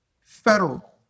federal